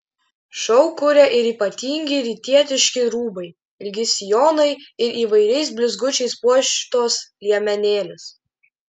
šou kuria ir ypatingi rytietiški rūbai ilgi sijonai ir įvairiais blizgučiais puoštos liemenėlės